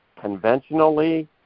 conventionally